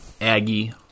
Aggie